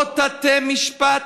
לא תטה משפט,